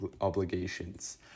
obligations